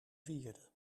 vierde